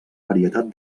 varietat